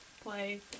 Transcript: play